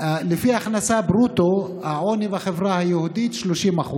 לפי ההכנסה ברוטו, העוני בחברה היהודית, 30%,